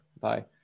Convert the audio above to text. Bye